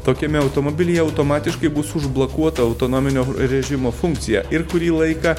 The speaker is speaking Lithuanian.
tokiame automobilyje automatiškai bus užblokuota autonominio režimo funkcija ir kurį laiką